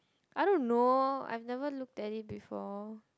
I don't know I've never looked at it before